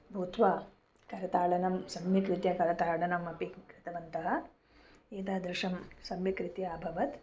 भूत्वा करताडनं सम्यक्रीत्या करताडनमपि कृतवन्तः एतादृशं सम्यक्रीत्या अभवत्